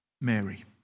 Mary